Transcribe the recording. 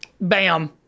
Bam